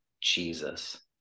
Jesus